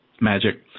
Magic